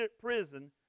prison